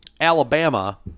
alabama